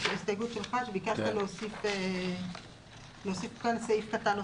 ביקשת להוסיף סעיף קטן נוסף.